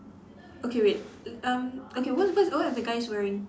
okay wait um okay what what what are the guys wearing